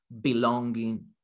belonging